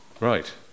Right